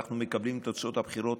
ואנחנו מקבלים את תוצאות הבחירות,